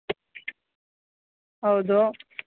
ಹೌದು